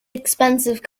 expensive